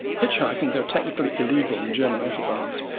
hitch hiking, though technically illegal on the german autobahns,